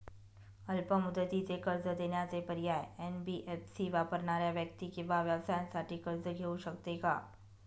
अल्प मुदतीचे कर्ज देण्याचे पर्याय, एन.बी.एफ.सी वापरणाऱ्या व्यक्ती किंवा व्यवसायांसाठी कर्ज घेऊ शकते का?